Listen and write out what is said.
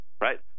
Right